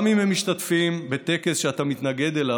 גם אם הם משתתפים בטקס שאתה מתנגד אליו,